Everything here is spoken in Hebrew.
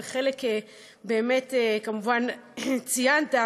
וחלק באמת כמובן ציינת,